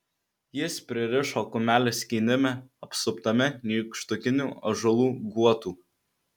jis pririšo kumelę skynime apsuptame nykštukinių ąžuolų guotų